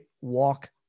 walk